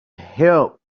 help